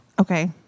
Okay